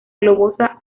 globosa